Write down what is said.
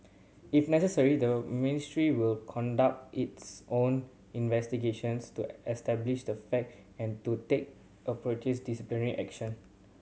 if necessary the Ministry will conduct its own investigations to establish the fact and to take disciplinary action